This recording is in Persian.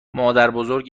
مادربزرگ